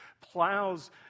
Plows